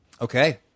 Okay